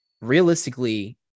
realistically